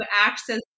access